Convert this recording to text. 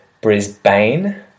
Brisbane